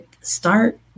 start